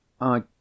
I